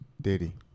Diddy